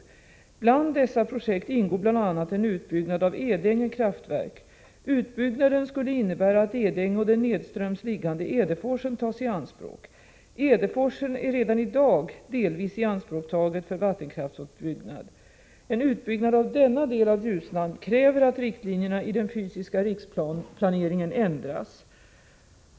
Bland dessa projekt ingår bl.a. en utbyggnad av Edänge kraftverk. Utbyggnaden skulle innebära att Edänge och den nedströms liggande Edeforsen tas i anspråk. Edeforsen är redan i dag delvis ianspråktagen för vattenkraftsutbyggnad. En utbyggnad av denna del av Ljusnan kräver att riktlinjerna i den fysiska riksplaneringen ändras.